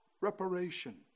reparation